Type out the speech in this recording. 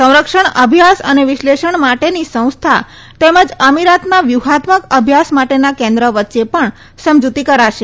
સંરક્ષણ અભ્યાસ અને વિશ્લેષણ માટેની સંસ્થા તેમજ અમીરાતના વ્યૂહાત્મક અભ્યાસ માટેના કેન્દ્ર વચ્ચે પણ સમજૂતી કરાશે